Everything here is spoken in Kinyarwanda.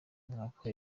mwaka